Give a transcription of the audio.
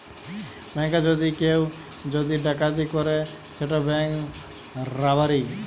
ব্যাংকে যদি কেউ যদি ডাকাতি ক্যরে সেট ব্যাংক রাবারি